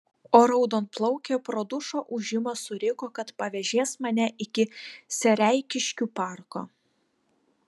o raudonplaukė pro dušo ūžimą suriko kad pavėžės mane iki sereikiškių parko